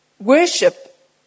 Worship